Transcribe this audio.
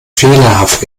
fehlerhaft